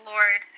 Lord